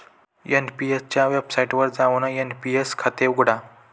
NPS च्या वेबसाइटवर जाऊन एन.पी.एस खाते उघडा